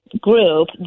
group